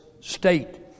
state